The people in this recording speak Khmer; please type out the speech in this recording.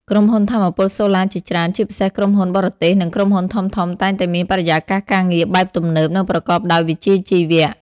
ក្រុមហ៊ុនថាមពលសូឡាជាច្រើន ជាពិសេសក្រុមហ៊ុនបរទេស និងក្រុមហ៊ុនធំៗតែងតែមានបរិយាកាសការងារបែបទំនើប និងប្រកបដោយវិជ្ជាជីវៈ។